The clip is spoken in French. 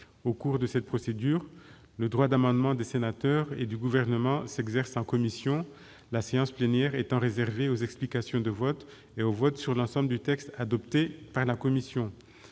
Au cours de cette procédure, le droit d'amendement des sénateurs et du Gouvernement s'exerce en commission, la séance plénière étant réservée aux explications de vote et au vote sur l'ensemble du texte adopté par la commission.